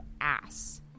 ass